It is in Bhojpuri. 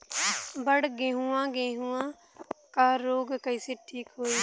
बड गेहूँवा गेहूँवा क रोग कईसे ठीक होई?